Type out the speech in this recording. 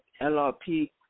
LRP